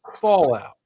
fallout